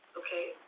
okay